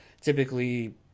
typically